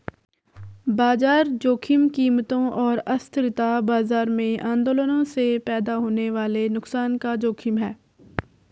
बाजार जोखिम कीमतों और अस्थिरता बाजार में आंदोलनों से पैदा होने वाले नुकसान का जोखिम है